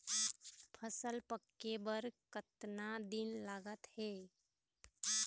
फसल पक्के बर कतना दिन लागत हे?